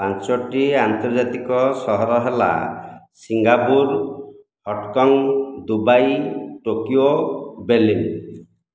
ପାଞ୍ଚଟି ଆନ୍ତର୍ଜାତିକ ସହର ହେଲା Singapore Hong Kong Dubai Tokyo Berlin